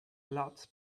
lot